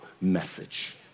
message